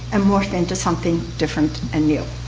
and morph into something different and new.